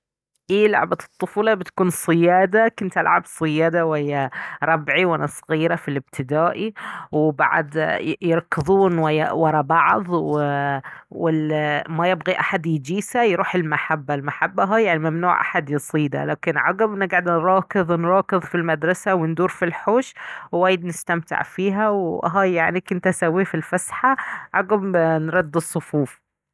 اي لعبة الطفولة بتكون صيادة، كنت العب صيادة ويا ربعي وانا صغيرة في الإبتدائي وبعد يركضون ويا ورا بعض والي ما يبغي احد يجيسه يروح المحبة ، المحبة هاي يعني ممنوع احد يصيده لكن عقب نقعد نراكض نراكض في المدرسة وندور في الحوش ووايد نستمتع فيها وهاي يعني كنت اسويه في الفسحة عقب نرد الصفوف